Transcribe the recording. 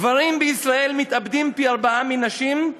גברים בישראל מתאבדים פי-ארבעה מנשים,